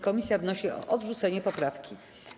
Komisja wnosi o odrzucenie poprawki.